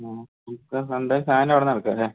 next Sunday സാധനം അവിടുന്നെടുക്കാമല്ലേ